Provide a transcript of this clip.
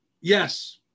Yes